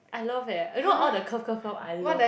I love eh you know all the curve curve curve I love